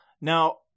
Now